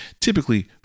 typically